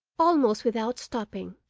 almost without stopping,